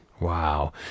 Wow